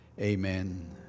Amen